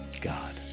God